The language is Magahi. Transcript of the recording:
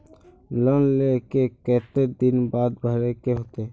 लोन लेल के केते दिन बाद भरे के होते?